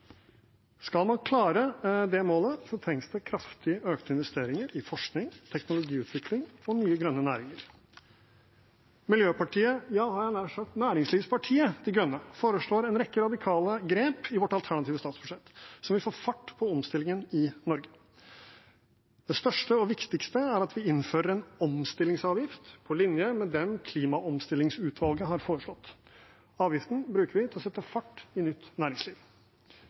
Skal man klare det målet, trengs det kraftig økte investeringer i forskning, teknologiutvikling og nye grønne næringer. Miljøpartiet, jeg hadde nær sagt næringslivspartiet De Grønne, foreslår en rekke radikale grep i vårt alternative statsbudsjett som vil få fart på omstillingen i Norge. Det største og viktigste er at vi innfører en omstillingsavgift på linje med den klimaomstillingsutvalget har foreslått. Avgiften bruker vi til å sette fart i nytt næringsliv.